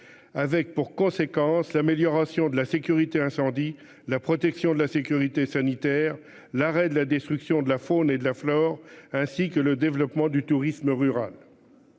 Avec pour conséquence l'amélioration de la sécurité incendie, la protection de la sécurité sanitaire, l'arrêt de la destruction de la faune et de la flore, ainsi que le développement du tourisme rural.